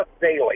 daily